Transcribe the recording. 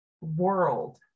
world